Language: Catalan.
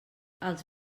els